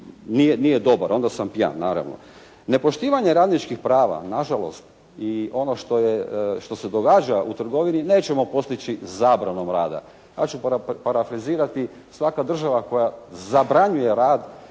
nije dobar, onda sam pijan naravno. Nepoštivanje radničkih prava na žalost i ono što se događa u trgovini nećemo postići zabranom rada. Ja ću parafrazirati, svaka država koja zabranjuje rad,